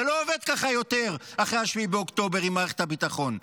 זה לא עובד ככה יותר אחרי 7 באוקטובר עם מערכת הביטחון.